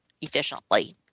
efficiently